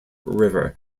river